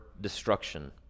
destruction